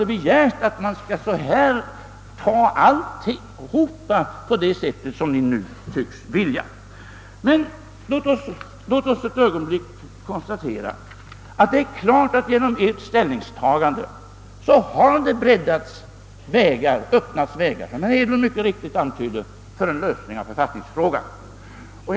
Men låt oss ett ögonblick konstatera att det genom ert ställningstagande har öppnats vägar för en lösning av författningsfrågan, som herr Hedlund mycket riktigt antydde.